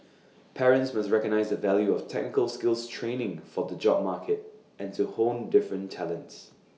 parents must recognise the value of technical skills training for the job market and to hone different talents